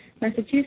Massachusetts